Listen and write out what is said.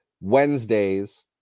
Wednesdays